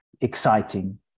Exciting